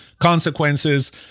consequences